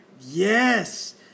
Yes